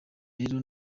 rero